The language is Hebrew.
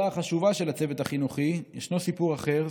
החשובה של הצוות החינוכי ישנו סיפור אחר,